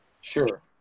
Sure